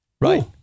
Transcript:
right